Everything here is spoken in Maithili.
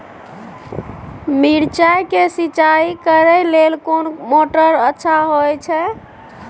मिर्चाय के सिंचाई करे लेल कोन मोटर अच्छा होय छै?